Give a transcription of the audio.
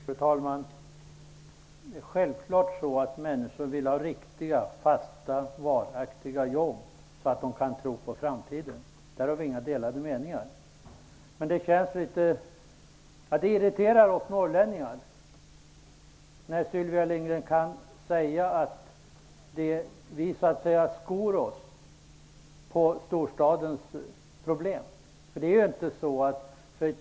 Fru talman! Självklart vill människor ha riktiga, fasta, varaktiga jobb, så att de kan tro på framtiden. Där har vi inga delade meningar. Men det irriterar oss norrlänningar när Sylvia Lindgren kan säga att vi skor oss på storstadens problem. Det är inte så.